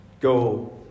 go